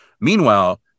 Meanwhile